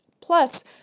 Plus